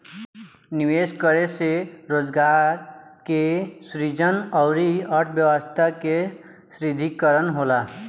निवेश करे से रोजगार के सृजन अउरी अर्थव्यस्था के सुदृढ़ीकरन होला